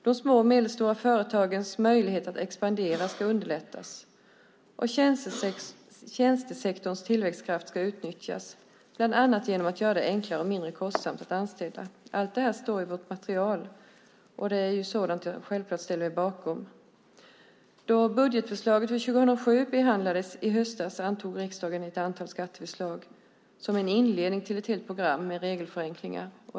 De små och medelstora företagens möjlighet att expandera ska underlättas och tjänstesektorns tillväxtkraft utnyttjas, bland annat genom att det ska bli enklare och mindre kostsamt att anställa. Allt det här står i vårt material, och det är självklart sådant jag ställer mig bakom. Då budgetförslaget för 2007 behandlades i höstas antog riksdagen ett antal skatteförslag som en inledning till ett helt program med regelförenklingar.